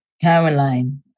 Caroline